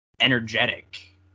energetic